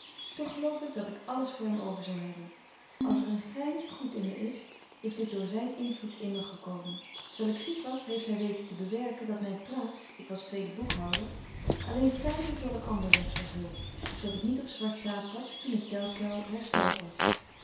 toch geloof ik dat ik alles voor hem over zou hebben als er een greintje goed in me is is dit door zijn invloed in me gekomen terwijl ik ziek was heeft hij weten te bewerken dat mijn plaats ik was tweede boekhouder alleen tijdelijk door een ander werd vervuld zoodat ik niet op zwart zaad zat toen ik tel quel hersteld was